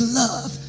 love